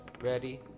Ready